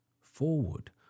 forward